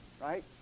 right